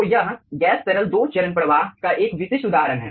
तो यह गैस तरल दो चरण प्रवाह का एक विशिष्ट उदाहरण है